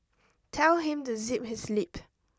tell him to zip his lip